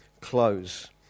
close